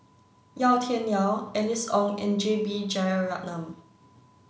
Yau Tian Yau Alice Ong and J B Jeyaretnam